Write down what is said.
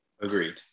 Agreed